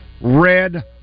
red